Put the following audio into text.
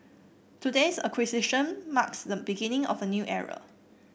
today's acquisition marks the beginning of a new era